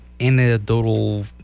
anecdotal